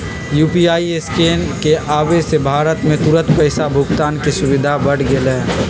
UPI scan के आवे से भारत में तुरंत पैसा भुगतान के सुविधा बढ़ गैले है